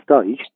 stage